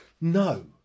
No